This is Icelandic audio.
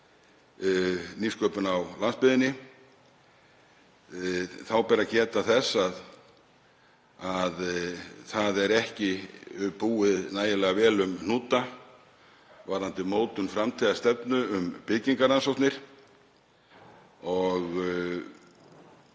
nýsköpun á landsbyggðinni. Þá ber að geta þess að ekki er nægilega vel búið um hnúta varðandi mótun framtíðarstefnu um byggingarannsóknir.